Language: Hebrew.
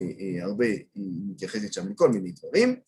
‫הרבה מתייחסת שם לכל מיני דברים.